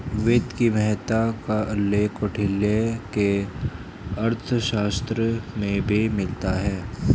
वित्त की महत्ता का उल्लेख कौटिल्य के अर्थशास्त्र में भी मिलता है